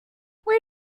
where